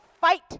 fight